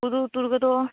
ᱦᱩᱫᱩᱲᱫᱩᱨᱜᱟ ᱫᱚᱻ